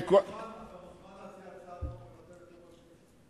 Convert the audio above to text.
אתה מוזמן להציע הצעת חוק לבטל את יום רביעי.